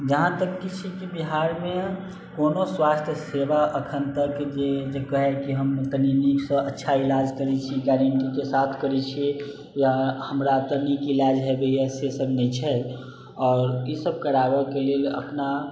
जहाँ तक की छै बिहारमे कोनो स्वास्थ्य सेवा अखन तक जे कहि की हम तनी नीकसंँ अच्छा इलाज करैत छियै गारण्टीके साथ करैत छियै या हमरा एतऽ नीक इलाज होइया से सब नहि छै आओर ई सब कराबऽके लेल अपना